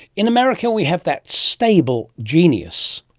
in america we have that stable genius,